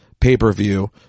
pay-per-view